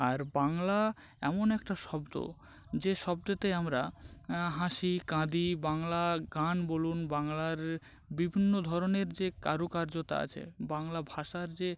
আর বাংলা এমন একটা শব্দ যে শব্দতে আমরা হাসি কাঁদি বাংলা গান বলুন বাংলার বিভিন্ন ধরনের যে কারুকার্যতা আছে বাংলা ভাষার যে